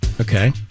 Okay